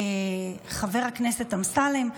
לחבר הכנסת אמסלם.